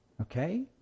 Okay